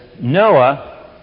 Noah